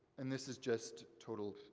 and this is just total,